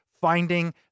Finding